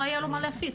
לא היה לו מה להפיץ.